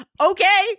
okay